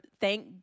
thank